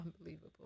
Unbelievable